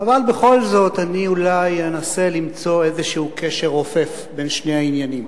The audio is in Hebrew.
אבל בכל זאת אני אולי אנסה למצוא איזה קשר רופף בין שני העניינים.